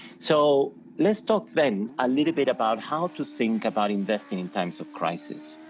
so let's talk then a little bit about how to think about investing in times of crisis.